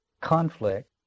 conflict